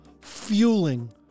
fueling